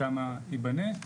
כמה ייבנה.